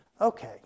okay